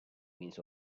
means